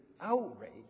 outrage